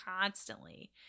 constantly